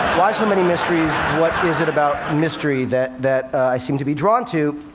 why so many mysteries? what is it about mystery that that i seem to be drawn to?